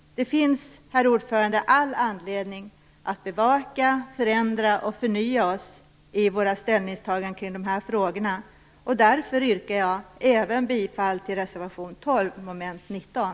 Det finns, herr talman, all anledning att bevaka, förändra och förnya oss i våra ställningstaganden i de här frågorna. Därför yrkar jag även bifall till reservation 12 under mom. 19.